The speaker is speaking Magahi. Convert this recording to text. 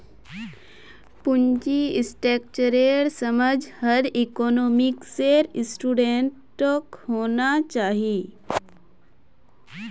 पूंजी स्ट्रक्चरेर समझ हर इकोनॉमिक्सेर स्टूडेंटक होना चाहिए